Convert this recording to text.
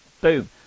Boom